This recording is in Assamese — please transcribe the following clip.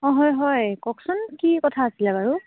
অঁ হয় হয় কওকচোন কি কথা আছিলে বাৰু